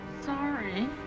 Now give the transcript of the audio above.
Sorry